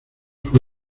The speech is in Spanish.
fue